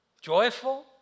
joyful